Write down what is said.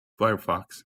firefox